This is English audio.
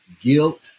guilt